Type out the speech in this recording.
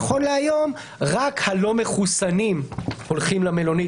נכון להיום רק הלא מחוסנים הולכים למלונית